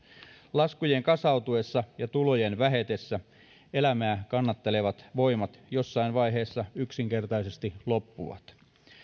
laskujen kasautuessa ja tulojen vähetessä elämää kannattelevat voimat jossain vaiheessa yksinkertaisesti loppuvat